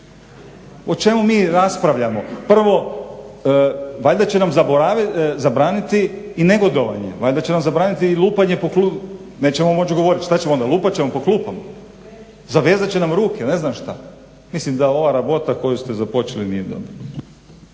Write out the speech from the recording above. o čemu mi raspravljamo? Prvo valjda će nam zabraniti i negodovanje, valjda će nam zabraniti i lupanje po, nećemo moć govorit. Šta ćemo onda? Lupat ćemo po klupama? Zavezat će nam ruke? Ne znam šta. Mislim da ova rabota koju ste započeli nije dobra.